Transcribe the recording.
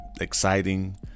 exciting